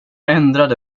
ändrade